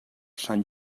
sant